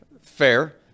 Fair